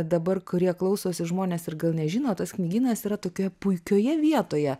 dabar kurie klausosi žmonės ir gal nežino tas knygynas yra tokioje puikioje vietoje